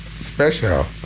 special